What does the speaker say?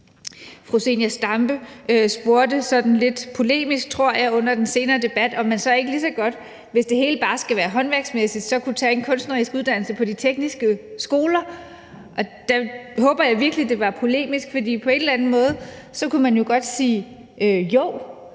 Fru Zenia Stampe spurgte sådan lidt polemisk, tror jeg, under den tidligere debat, om man så ikke lige så godt, hvis det hele bare skal være håndværksmæssigt, kunne tage en kunstnerisk uddannelse på de tekniske skoler. Der håber jeg virkelig, det var polemisk, for på en eller anden måde kunne man jo godt svare jo,